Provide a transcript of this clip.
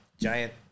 giant